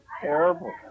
terrible